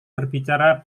berbicara